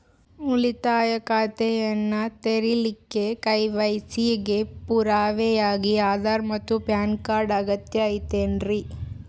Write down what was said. ಉಳಿತಾಯ ಖಾತೆಯನ್ನ ತೆರಿಲಿಕ್ಕೆ ಕೆ.ವೈ.ಸಿ ಗೆ ಪುರಾವೆಯಾಗಿ ಆಧಾರ್ ಮತ್ತು ಪ್ಯಾನ್ ಕಾರ್ಡ್ ಅಗತ್ಯ ಐತೇನ್ರಿ?